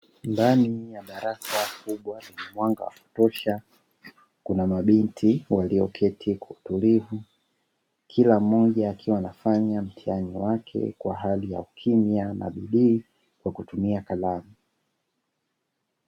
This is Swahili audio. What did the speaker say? Ndani ya darasa kubwa lenye mwanga wa kutosha, kuna mabinti walioketi kwa utulivu, kila mmoja akiwa anafanya mtihani wake kwa hali ya ukimya na bidii kwa kutumia kalamu.